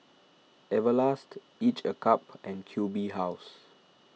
Everlast Each a cup and Q B House